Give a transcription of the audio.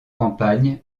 campagne